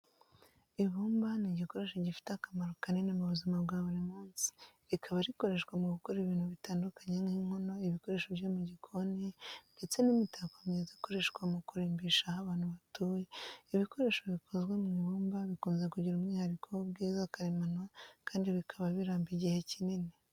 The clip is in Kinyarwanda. Ibumba ni igikoresho gifite akamaro kanini mu buzima bwa buri munsi, rikaba rikoreshwa mu gukora ibintu bitandukanye nk’inkono, ibikoresho byo mu gikoni, ndetse n’imitako myiza ikoreshwa mu kurimbisha aho abantu batuye. Ibikoresho bikozwe mu ibumba bikunze kugira umwihariko w’ubwiza karemano kandi bikaba biramba igihe kinini.